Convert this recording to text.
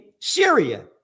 Syria